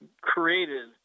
created